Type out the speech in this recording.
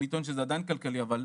אני טוען שזה עדיין כלכלי אבל.